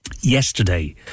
yesterday